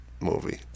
movie